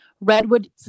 redwood